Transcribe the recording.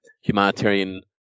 Humanitarian